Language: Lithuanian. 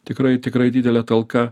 tikrai tikrai didelė talka